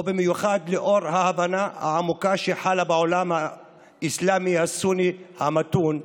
במיוחד לאור ההבנה העמוקה שחלה בעולם האסלאמי הסוני המתון,